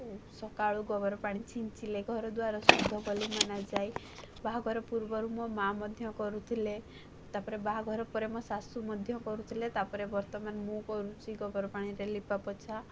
ସକାଳୁ ଗୋବର ପାଣି ଛିଞ୍ଚିଲେ ଘରଦ୍ୱାର ଶୁଦ୍ଧ ବୋଲି ମାନା ଯାଏ ବାହାଘର ପୂର୍ବରୁ ମୋ ମା ମଧ୍ୟ କରୁଥିଲେ ତାପରେ ବାହାଘର ପରେ ମୋ ଶାଶୁ ମଧ୍ୟ୍ୟ କରୁଥିଲେ ତାପରେ ବର୍ତ୍ତମାନ ମୁଁ କରୁଛି ଗୋବର ପାଣିରେ ଲିପାପୋଛା